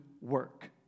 work